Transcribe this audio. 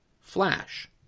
Flash